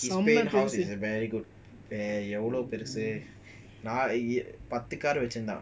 his spain house is very good எவ்ளோபெருசுபத்துகாருவச்சிருந்தான்:evlo perusu paththu kaaru vachirunthan